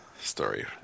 story